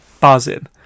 buzzing